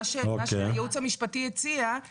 מה שהייעוץ המשפטי הציע,